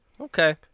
Okay